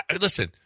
listen